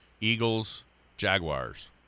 Eagles-Jaguars